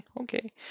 Okay